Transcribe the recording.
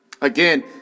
Again